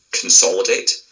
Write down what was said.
consolidate